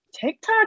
TikTok